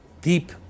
deep